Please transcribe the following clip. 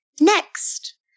Next